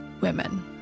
women